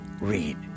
read